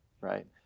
right